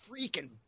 freaking